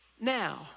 now